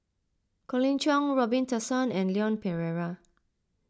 Colin Cheong Robin Tessensohn and Leon Perera